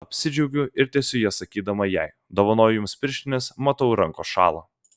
apsidžiaugiu ir tiesiu jas sakydama jai dovanoju jums pirštines matau rankos šąla